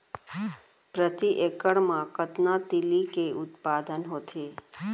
प्रति एकड़ मा कतना तिलि के उत्पादन होथे?